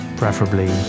preferably